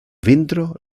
vintro